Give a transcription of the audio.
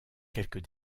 quelques